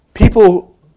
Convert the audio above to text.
People